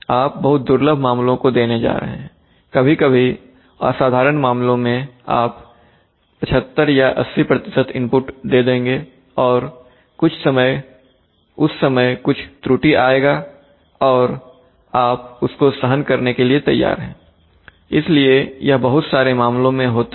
आप बहुत दुर्लभ मामलों को देने जा रहे हैं कभी कभी असाधारण मामलों में आप 75 या 80 इनपुट दे देंगे और उस समय कुछ त्रुटि आएगा और आप उसको सहन करने के लिए तैयार है इसलिए यह बहुत सारे मामलों में होता है